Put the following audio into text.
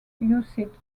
hussite